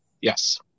yes